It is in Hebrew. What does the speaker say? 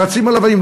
רצים על אבנים,